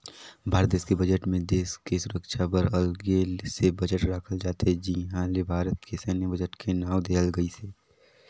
भारत देस के बजट मे देस के सुरक्छा बर अगले से बजट राखल जाथे जिहां ले भारत के सैन्य बजट के नांव देहल गइसे